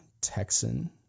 Texan